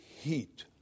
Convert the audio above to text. heat